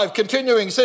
continuing